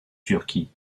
turquie